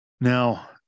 Now